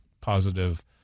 positive